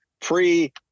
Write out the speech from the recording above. pre